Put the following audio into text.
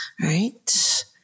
right